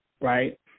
right